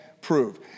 prove